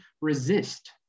resist